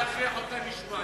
אי-אפשר להכריח אותם לשמוע,